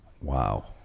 Wow